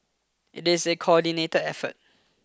it is a coordinate effort